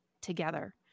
together